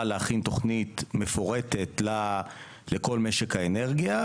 להכין תוכנית מפורטת לכל משק האנרגיה,